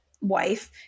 wife